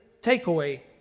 takeaway